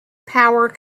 power